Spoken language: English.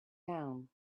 down